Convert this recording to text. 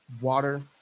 water